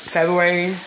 February